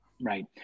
right